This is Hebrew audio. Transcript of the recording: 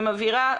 ומבהירה,